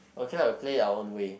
okay lah we play our own way